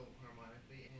harmonically